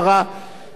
מטעם הליכוד.